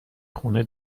خونه